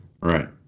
Right